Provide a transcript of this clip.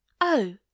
Oh